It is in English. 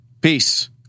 Peace